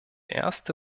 erste